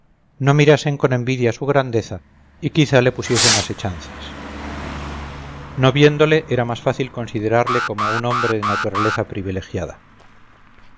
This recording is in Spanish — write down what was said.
no mirasen con envidia su grandeza y quizá le pusiesen asechanzas no viéndole era más fácil considerarle como un hombre de naturaleza privilegiada